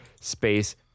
space